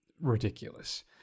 ridiculous